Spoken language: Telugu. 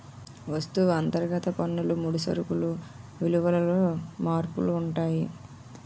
వస్తువు అంతర్గత పన్నులు ముడి సరుకులు విలువలలో మార్పులు ఉంటాయి